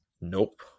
Nope